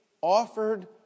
offered